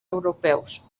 europeus